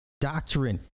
doctrine